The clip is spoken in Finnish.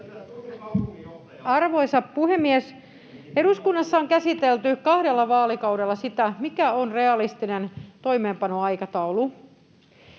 Arvoisa puhemies! Eduskunnassa on käsitelty kahdella vaalikaudella sitä, mikä on realistinen toimeenpanoaikataulu,